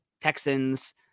Texans